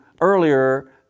earlier